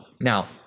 Now